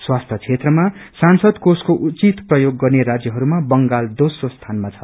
स्वास्थ्य क्षेत्रमा सांसद कोषको उचित प्रयोग गर्ने राज्यहरूमा बंगाल दोस्रो स्थानामा छ